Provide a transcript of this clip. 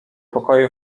pokoju